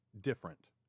different